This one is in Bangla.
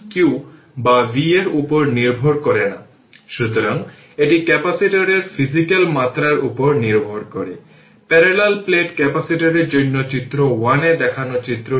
এইভাবে ক্যাপাসিটর জুড়ে t বা 0 এর সমান ভোল্টেজ আমরা জানি v t V0 e এর পাওয়ার t τ